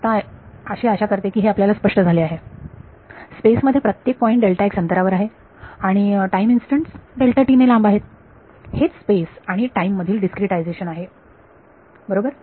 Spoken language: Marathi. आता आशा करते की हे आपल्याला स्पष्ट झाले आहे स्पेस मध्ये प्रत्येक पॉईंट अंतरावर आहे आणि टाईम इन्स्टंन्स ने लांब आहेत हेच स्पेस आणि टाईम मधील डीस्क्रीटायझेशन आहे बरोबर